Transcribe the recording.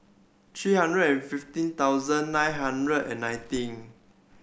three hundred and fifteen thousand nine hundred and nineteen